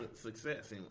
success